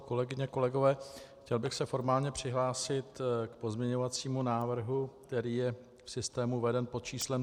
Kolegyně, kolegové, chtěl bych se formálně přihlásit k pozměňovacímu návrhu, který je v systému veden pod číslem 3722.